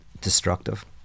destructive